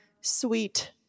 sweet